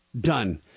done